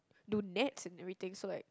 do nets and everything so like